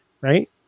right